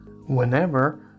whenever